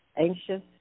anxious